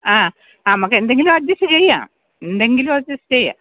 ആ ആ നമുക്ക് എന്തെങ്കിലും അഡ്ജസ്റ്റ് ചെയ്യാം എന്തെങ്കിലും അഡ്ജസ്റ്റ് ചെയ്യാം